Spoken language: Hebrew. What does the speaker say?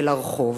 אל הרחוב.